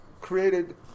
created